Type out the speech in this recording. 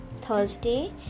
Thursday